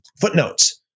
footnotes